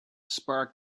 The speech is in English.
spark